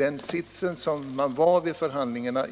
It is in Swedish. inte gick att komma längre vid förhandlingarna.